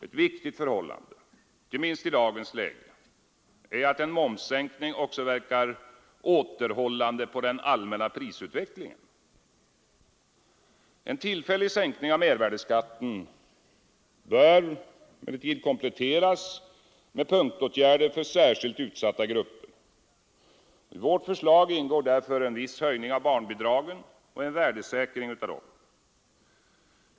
Ett viktigt förhållande — inte minst i dagens läge — är att en momssänkning också verkar återhållande på den allmänna prisutvecklingen. En tillfällig sänkning av mervärdeskatten bör emellertid kompletteras med punktåtgärder för särskilt utsatta grupper. I vårt förslag ingår därför en viss höjning av barnbidragen och en värdesäkring av dessa.